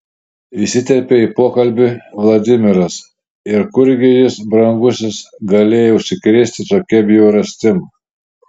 įsiterpė į pokalbį vladimiras ir kurgi jis brangusis galėjo užsikrėsti tokia bjaurastim